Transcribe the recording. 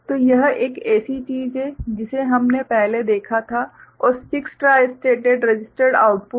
तो यह एक ऐसी चीज है जिसे हमने पहले देखा था और 6 ट्राई स्टेटेड रजिस्टर्ड आउटपुट